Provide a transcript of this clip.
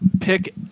Pick